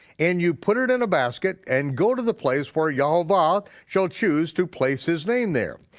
and you put it in a basket and go to the place where yehovah shall choose to place his name there.